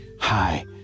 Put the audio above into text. Hi